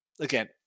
Again